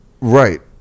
Right